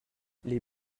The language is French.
les